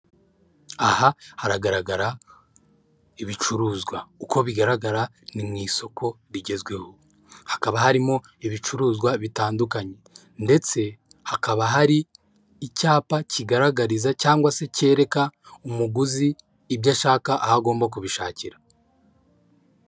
Aha haragaragara ibicuruzwa; uko bigaragara ni mu isoko rigezweho; hakaba harimo ibicuruzwa bitandukanye; ndetse hakaba hari icyapa kigaragariza cyangwa se, kereka umuguzi ibyo ashaka aho agomba kubishakira.